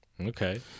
Okay